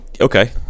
Okay